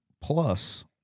plus